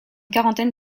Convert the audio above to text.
quarantaine